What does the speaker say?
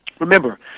Remember